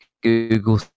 Google